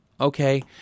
Okay